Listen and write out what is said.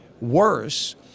worse